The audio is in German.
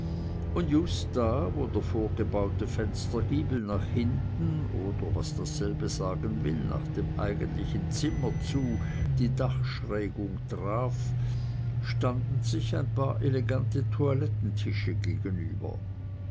und just da wo der vorgebaute fenstergiebel nach hinten oder was dasselbe sagen will nach dem eigentlichen zimmer zu die dachschrägung traf standen sich ein paar elegante toilettentische gegenüber